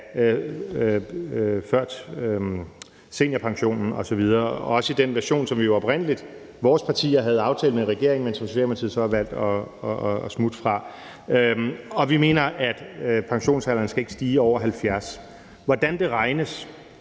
af seniorpensionen osv., også i den version, som vores partier oprindelig havde aftalt med regeringen, men som Socialdemokratiet så har valgt at smutte fra. Vi mener ikke, at pensionsalderen skal stige over de 70 år. Hvordan det regnes